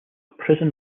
prison